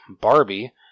Barbie